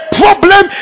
problem